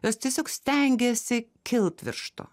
jos tiesiog stengiasi kilt virš to